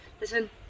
listen